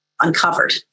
uncovered